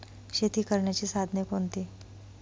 शेती करण्याची साधने कोणती?